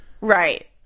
Right